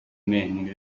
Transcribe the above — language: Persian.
مهمونی